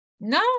no